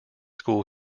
school